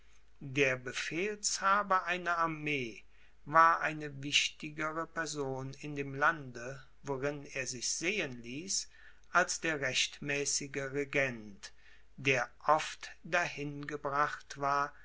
der befehlshaber einer armee war eine wichtigere person in dem lande worin er sich sehen ließ als der rechtmäßige regent der oft dahin gebracht war